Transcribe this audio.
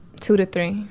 two to three.